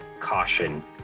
caution